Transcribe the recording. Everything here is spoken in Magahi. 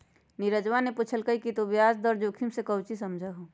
नीरजवा ने पूछल कई कि तू ब्याज दर जोखिम से काउची समझा हुँ?